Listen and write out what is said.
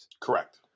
correct